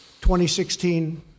2016